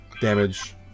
damage